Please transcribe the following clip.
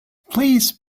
please